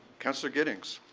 councillor gittings.